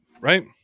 right